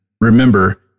Remember